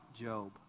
Job